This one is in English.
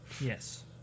Yes